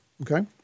okay